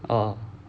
uh